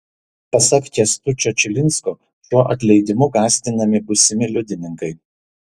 pasak kęstučio čilinsko šiuo atleidimu gąsdinami būsimi liudininkai